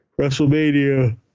Wrestlemania